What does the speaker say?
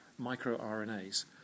microRNAs